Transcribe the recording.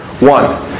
One